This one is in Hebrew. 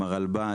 עם הרלב"ד,